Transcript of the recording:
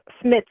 Smith